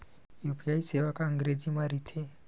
UPI सेवा का अंग्रेजी मा रहीथे?